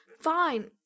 fine